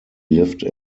lived